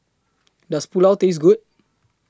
Does Pulao Taste Good